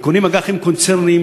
וקונים אג"חים קונצרניים,